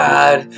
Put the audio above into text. God